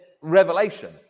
revelation